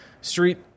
street